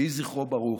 יהיה זכרו ברוך.